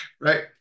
right